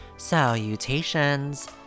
Salutations